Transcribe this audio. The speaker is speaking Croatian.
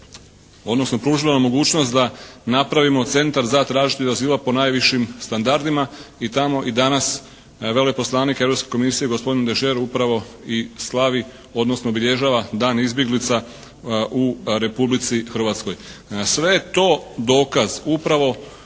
odnosno pružila nam mogućnost da napravimo Centar za tražitelje azila po najvišim standardima i tamo i danas veleposlanik Europske Komisije gospodin Degert upravo i slavi, odnosno obilježava Dan izbjeglica u Republici Hrvatskoj. Sve je to dokaz upravo